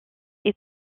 est